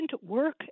work